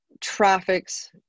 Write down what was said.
traffics